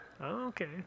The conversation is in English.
Okay